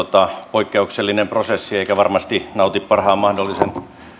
poikkeuksellinen prosessi eikä varmasti nauti parhaan mahdollisen